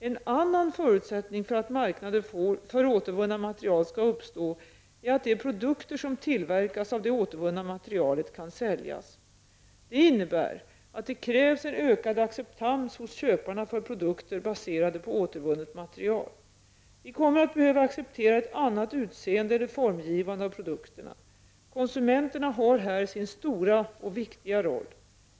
En annan förutsättning för att marknader för återvunna material skall uppstå är att de produkter som tillverkas av det återvunna materialet kan säljas. Det innebär att det krävs en ökad acceptans hos köparna för produkter baserade på återvunnet material. Vi kommer att behöva acceptera ett annat utseende eller formgivande av produkterna. Konsumenterna har här sin stora och viktiga roll.